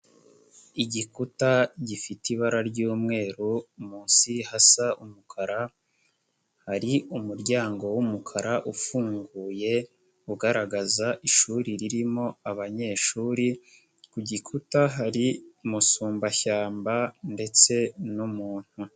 Igikuta gifite ibara ry'umweru munsi hasa umukara hari umuryango w'umukara ufunguye ugaragaza ishuri ririmo abanyeshuri, ku gikuta hari umusumbashyamba ndetse n'umuntu.